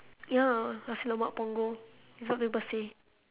ya nasi lemak punggol that's what people say